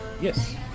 Yes